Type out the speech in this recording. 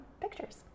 pictures